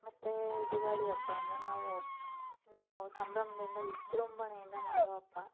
ಮತ್ತು ದಿವಾಲಿ ಹಬ್ಬ ಅಂದರೆ ನಾವು ನಾವು ಸಂಭ್ರಮದಿಂದ ವಿಜೃಂಭಣೆಯಿಂದ ಮಾಡುವ ಹಬ್ಬ